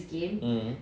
mm